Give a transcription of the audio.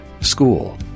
school